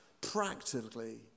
practically